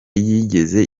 yigeze